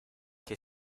que